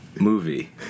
movie